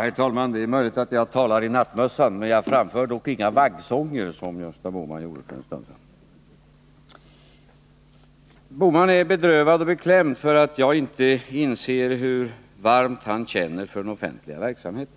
Herr talman! Det är möjligt att jag talar i nattmössan. Jag framför dock inga vaggsånger, som Gösta Bohman gjorde för en stund sedan. Gösta Bohman är bedrövad och beklämd för att jag inte inser hur varmt han känner för den offentliga verksamheten.